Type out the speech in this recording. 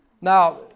Now